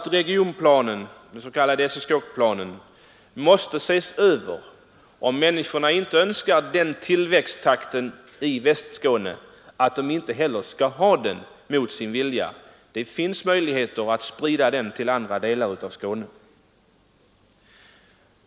Regionplanen, den s.k. SSK-planen, måste ses över. Om människorna i Västskåne inte önskar den tillväxttakten, skall de självfallet inte heller ha den mot sin vilja. Det finns möjligheter att sprida den tillväxten till andra delar av Skåne.